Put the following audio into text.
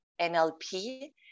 NLP